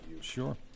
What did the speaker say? Sure